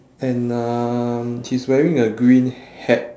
and um she's wearing a green hat